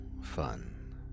fun